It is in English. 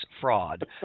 fraud